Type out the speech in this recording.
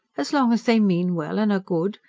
as long as they mean well and are good.